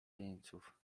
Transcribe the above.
jeńców